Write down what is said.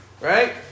right